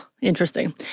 interesting